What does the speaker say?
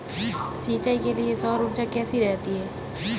सिंचाई के लिए सौर ऊर्जा कैसी रहती है?